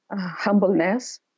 humbleness